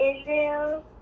Israel